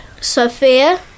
Sophia